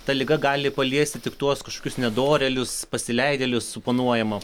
ta liga gali paliesti tik tuos kažkokius nedorėlius pasileidėlius suponuojama